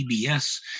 PBS